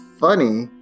funny